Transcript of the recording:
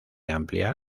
amplia